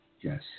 Yes